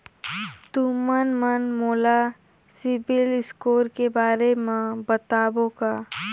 तुमन मन मोला सीबिल स्कोर के बारे म बताबो का?